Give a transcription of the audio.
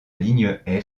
ligne